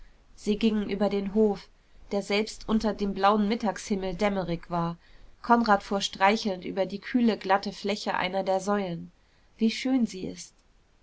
sie gingen über den hof der selbst unter dem blauen mittagshimmel dämmerig war konrad fuhr streichelnd über die kühle glatte fläche einer der säulen wie schön sie ist